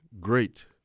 great